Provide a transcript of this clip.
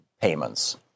payments